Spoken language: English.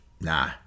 Nah